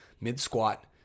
mid-squat